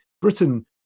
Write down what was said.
Britain